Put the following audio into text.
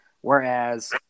whereas